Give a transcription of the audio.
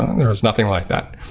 there is nothing like that.